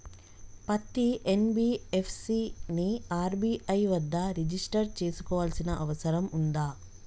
పత్తి ఎన్.బి.ఎఫ్.సి ని ఆర్.బి.ఐ వద్ద రిజిష్టర్ చేసుకోవాల్సిన అవసరం ఉందా?